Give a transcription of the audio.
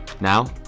Now